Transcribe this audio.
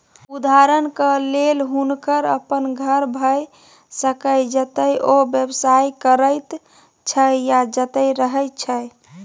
उदहारणक लेल हुनकर अपन घर भए सकैए जतय ओ व्यवसाय करैत छै या जतय रहय छै